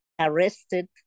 arrested